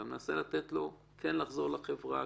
אתה מנסה לתת לו כן לחזור לחברה,